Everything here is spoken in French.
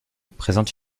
présente